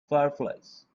fireflies